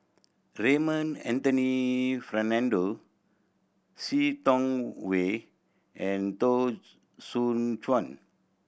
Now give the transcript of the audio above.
Raymond Anthony Fernando See Tiong Wah and Teo Soon Chuan